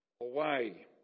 away